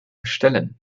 stellen